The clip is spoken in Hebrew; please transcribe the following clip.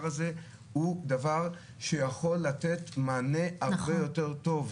הזה הוא דבר שיכול לתת מענה הרבה יותר טוב.